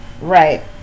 Right